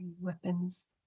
Weapons